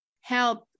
help